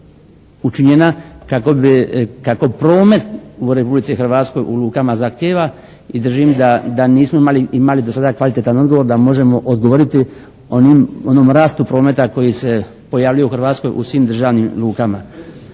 učinjena kako promet u Republici Hrvatskoj u lukama zahtijeva i držim da nismo imali do sada kvalitetan odgovor da možemo odgovoriti onom rastu prometa koji se pojavljuje u Hrvatskoj u svim državnim lukama.